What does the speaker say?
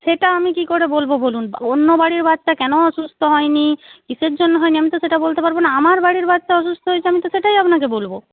সেটা আমি কী করে বলব বলুন অন্য বাড়ির বাচ্চা কেন অসুস্থ হয়নি কীসের জন্য হয়নি আমি তো সেটা বলতে পারব না আমার বাড়ির বাচ্চা অসুস্থ হয়েছে আমি তো সেটাই আপনাকে বলব